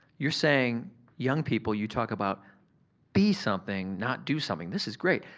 you're saying young people you talk about be something, not do something. this is great.